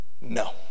No